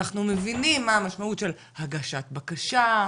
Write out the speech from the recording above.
אנחנו מבינים מה המשמעות של הגשת בקשה,